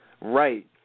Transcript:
right